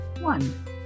One